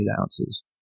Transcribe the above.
ounces